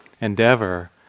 endeavor